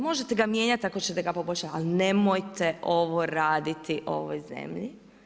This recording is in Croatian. Možete ga mijenjati ako ćete ga poboljšavati, ali nemojte ovo raditi ovoj zemlji.